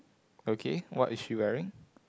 okay what is she wearing